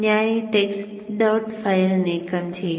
ഞാൻ ഈ text dot file നീക്കം ചെയ്യും